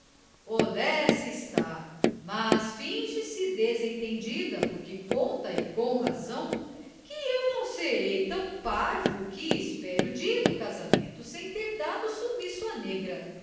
está mas finge se desentendida porque conta e com razão que eu não serei tão parvo que espere o dia do casamento sem ter dado sumiço à negra